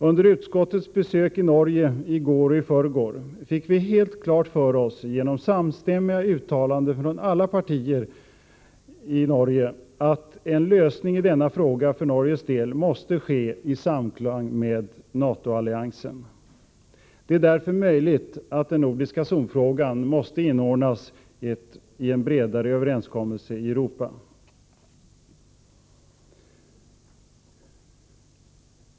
Under utskottets besök i Norge i går och i förrgår fick vi helt klart för oss genom samstämmiga uttalanden från alla norska partier att en lösning i denna fråga för Norges del måste ske i samklang med NATO-alliansen. Det är därför möjligt att den nordiska zonfrågan måste inordnas i en bredare överenskommelse i Europa.